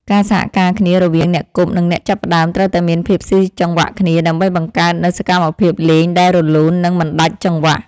ការសហការគ្នារវាងអ្នកគប់ និងអ្នកចាប់ត្រូវតែមានភាពស៊ីចង្វាក់គ្នាដើម្បីបង្កើតនូវសកម្មភាពលេងដែលរលូន និងមិនដាច់ចង្វាក់។